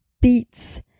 beats